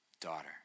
Daughter